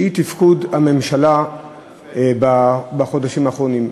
שהיא תפקוד הממשלה בחודשים האחרונים.